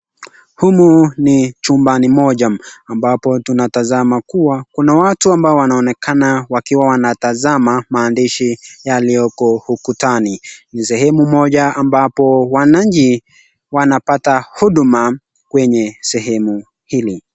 Humu ni chumbani moja ambapo tunatazama kuwa kuna watu ambao wanaonekana wakiwa wanatazama maandishi yalioko ukutani. Ni sehemu moja ambapo wananchi wanapata huduma kwenye sehemu hili.